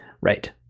Right